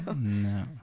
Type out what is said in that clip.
No